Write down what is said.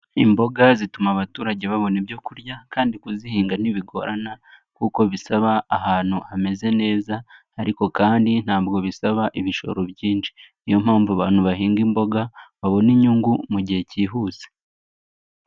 Imboga zituma abaturage babona ibyo kurya kandi kuzihinga ntibigorana kuko bisaba ahantu hameze neza ariko kandi ntabwo bisaba ibishoro byinshi. Niyo mpamvu abantu bahinga imboga babona inyungu mu gihe cyihuse.